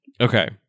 Okay